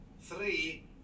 three